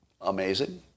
amazing